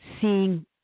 seeing